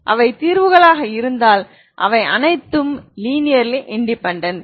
அவை தீர்வுகளாக இருந்தால் அவை அனைத்தும் லீனியர்லி இன்டெபேன்டென்ட்